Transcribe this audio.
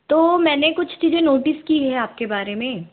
तो मैंने कुछ चीज़ें नोटिस की है आपके बारे में